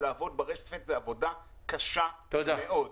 ולעבוד ברפת זה עבודה קשה מאוד.